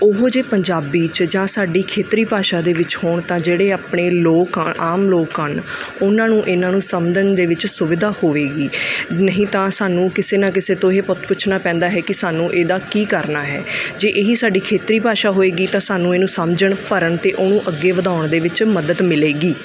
ਉਹ ਜੇ ਪੰਜਾਬੀ 'ਚ ਜਾਂ ਸਾਡੀ ਖੇਤਰੀ ਭਾਸ਼ਾ ਦੇ ਵਿੱਚ ਹੋਣ ਤਾਂ ਜਿਹੜੇ ਆਪਣੇ ਲੋਕ ਆਮ ਲੋਕ ਹਨ ਉਹਨਾਂ ਨੂੰ ਇਹਨਾਂ ਨੂੰ ਸਮਝਣ ਦੇ ਵਿੱਚ ਸੁਵਿਧਾ ਹੋਵੇਗੀ ਨਹੀਂ ਤਾਂ ਸਾਨੂੰ ਕਿਸੇ ਨਾ ਕਿਸੇ ਤੋਂ ਇਹ ਪ ਪੁੱਛਣਾ ਪੈਂਦਾ ਹੈ ਕਿ ਸਾਨੂੰ ਇਹਦਾ ਕੀ ਕਰਨਾ ਹੈ ਜੇ ਇਹ ਹੀ ਸਾਡੀ ਖੇਤਰੀ ਭਾਸ਼ਾ ਹੋਏਗੀ ਤਾਂ ਸਾਨੂੰ ਇਹਨੂੰ ਸਮਝਣ ਭਰਨ ਅਤੇ ਉਹਨੂੰ ਅੱਗੇ ਵਧਾਉਣ ਦੇ ਵਿੱਚ ਮਦਦ ਮਿਲੇਗੀ